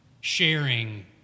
Sharing